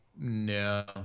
No